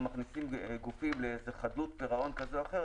מכניסים גופים לחדלות פירעון כזה או אחר,